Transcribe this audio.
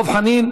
דב חנין,